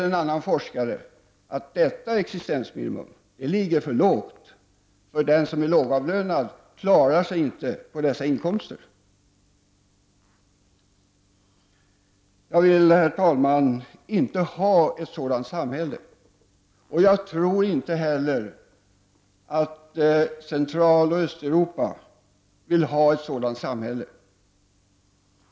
En forskare säger att detta existensminimum är satt för lågt, man klarar sig inte på denna inkomst. Jag vill, herr talman, inte ha ett sådant samhälle, men jag tror inte heller att Centraloch Östeuropa vill ha ett sådant samhälle.